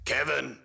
Kevin